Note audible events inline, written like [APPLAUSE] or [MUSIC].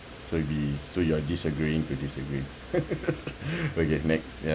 so you'll be so you are disagreeing to disagree [LAUGHS] okay next ya